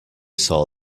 saw